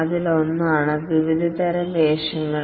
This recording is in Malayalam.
അതിലൊന്നാണ് വിവിധതരം റോളുകൾ